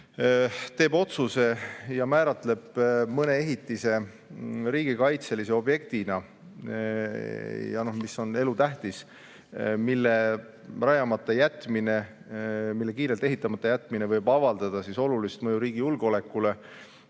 teeb otsuse ja määratleb mõne ehitise riigikaitselise objektina, mis on elutähtis, mille rajamata jätmine, mille kiirelt ehitamata jätmine võib avaldada olulist mõju riigi julgeolekule,